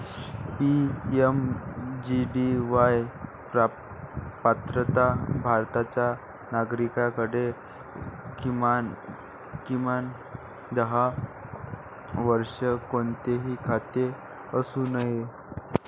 PMJDY पात्रता भारताच्या नागरिकाकडे, किमान दहा वर्षे, कोणतेही खाते असू नये